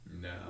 No